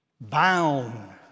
bound